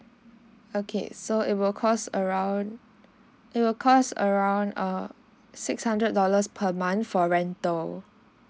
okay so it will cost around it will cost around err six hundred dollars per month for rental